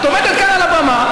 את עומדת כאן על הבמה,